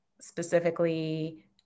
specifically